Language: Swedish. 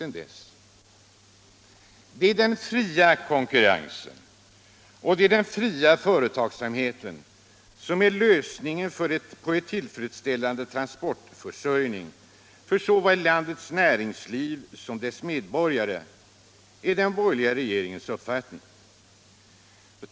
Det är den ”fria” konkurrensen och den ”fria” företagsamheten som är lösningen för att åstadkomma en tillfredsställande transportförsörjning för såväl landets näringsliv som dess medborgare — det tycks vara den borgerliga regeringens uppfattning.